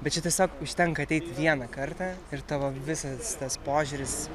bet čia tiesiog užtenka ateiti vieną kartą ir tavo visas tas požiūris